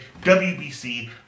wbc